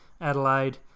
Adelaide